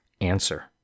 Answer